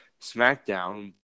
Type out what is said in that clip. SmackDown